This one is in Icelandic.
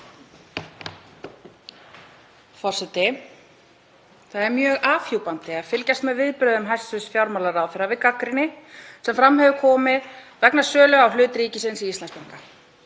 Það er mjög afhjúpandi að fylgjast með viðbrögðum hæstv. fjármálaráðherra við gagnrýni sem fram hefur komið vegna sölu á hlut ríkisins í Íslandsbanka.